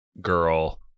girl